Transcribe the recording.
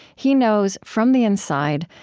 he knows, from the inside,